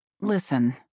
Listen